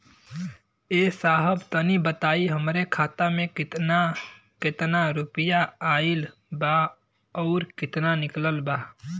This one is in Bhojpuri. ए साहब तनि बताई हमरे खाता मे कितना केतना रुपया आईल बा अउर कितना निकलल बा?